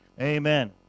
Amen